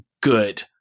good